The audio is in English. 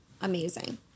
amazing